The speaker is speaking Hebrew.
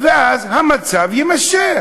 ואז המצב יימשך,